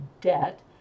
debt